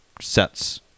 sets